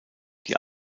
die